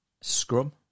Scrum